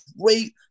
great